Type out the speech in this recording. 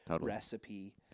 recipe